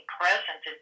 present